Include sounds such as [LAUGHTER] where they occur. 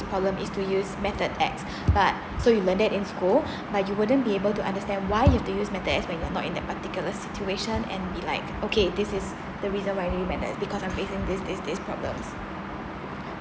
problem is to use method X but so you learn that in school [BREATH] but you wouldn't be able to understand why you have to use method X where you are not in that particular situation and be like okay this is the reason why I need to use method X because I'm facing this this this problem